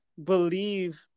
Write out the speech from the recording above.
believe